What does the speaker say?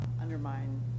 undermine